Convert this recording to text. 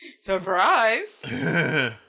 Surprise